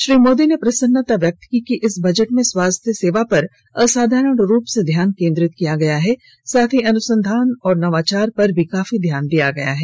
श्री मोदी ने प्रसन्नता व्यक्त की कि इस बजट में स्वास्थ्य सेवा पर असाधारण रूप से ध्यान केन्द्रित किया गया है साथ ही अनुसंधान और नवाचार पर भी काफी ध्यान दिया गया है